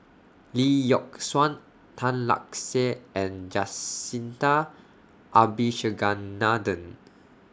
Lee Yock Suan Tan Lark Sye and Jacintha Abisheganaden